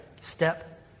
Step